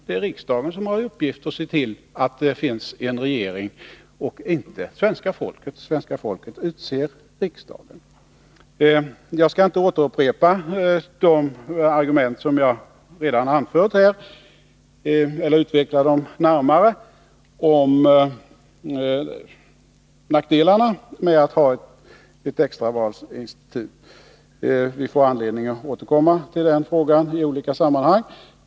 Det är riksdagen som har uppgiften att se till, att det finns en regering, och inte svenska folket. Svenska folket utser riksdagen. Jag skall inte närmare utveckla de argument som jag redan har anfört här om nackdelarna med att ha ett extravalsinstitut. Vi får anledning att återkomma till den frågan i olika sammanhang.